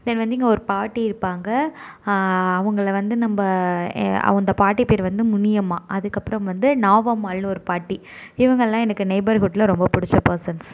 தென் வந்து இங்கே ஒரு பாட்டி இருப்பாங்க அவங்களை வந்து நம்ம அவங்க அந்த பாட்டி பேர் வந்து முனியம்மா அதுக்கு அப்புறம் வந்து நாவம்மாள்னு ஒரு பாட்டி இவங்களாம் எனக்கு நெய்பர்ஹுட்டில் ரொம்ப பிடிச்ச பெர்சன்ஸ்